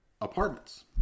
apartments